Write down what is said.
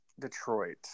Detroit